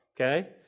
Okay